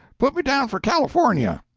put me down for california.